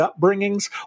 upbringings